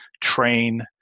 train